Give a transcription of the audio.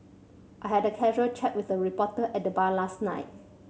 I had a casual chat with a reporter at the bar last night